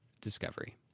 discovery